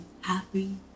happy